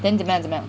then 怎么样怎么样